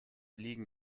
liegen